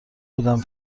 بودم